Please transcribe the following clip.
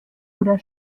oder